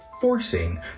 forcing